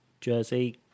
jersey